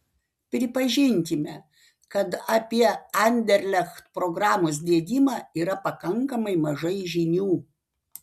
pripažinkime kad apie anderlecht programos diegimą yra pakankamai mažai žinių